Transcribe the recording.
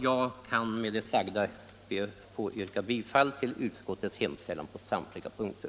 Jag ber med det sagda att få yrka bifall till utskottets hemställan på samtliga punkter.